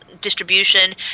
distribution